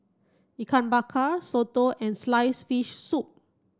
Ikan Bakar Soto and slice fish soup